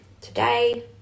today